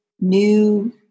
new